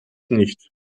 nicht